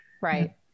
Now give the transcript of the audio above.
Right